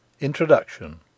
Introduction